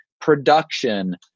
production